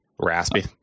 Raspy